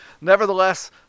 Nevertheless